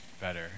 better